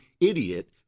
idiot